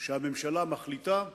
שהממשלה מחליטה עליו,